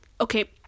okay